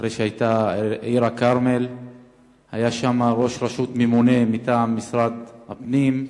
אחרי שהיתה עיר הכרמל היה שם ראש רשות ממונה מטעם משרד הפנים.